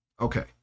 Okay